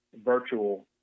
virtual